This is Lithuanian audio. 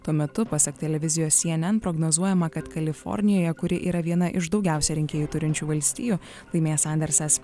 tuo metu pasak televizijos cnn prognozuojama kad kalifornijoje kuri yra viena iš daugiausia rinkėjų turinčių valstijų laimės sandersas